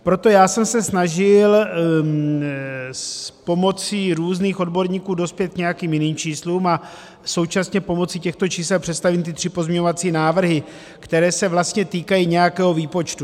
Proto jsem se snažil s pomocí různých odborníků dospět k nějakým jiným číslům a současně pomocí těchto čísel představím ty tři pozměňovací návrhy, které se vlastně týkají nějakého výpočtu.